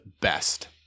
best